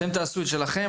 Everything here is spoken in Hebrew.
אתם תעשו את שלכם,